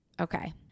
okay